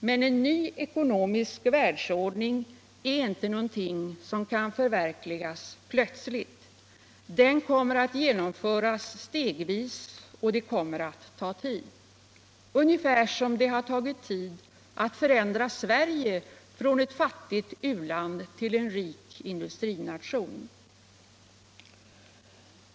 Men en ny ekonomisk världsordning är inte någonting som kan förverkligas plötsligt. Den kommer att genomföras stegvis, och det kommer att ta tid, ungefär som det har tagit tid att förändra Sverige från ett fattigt u-land till en rik industrination.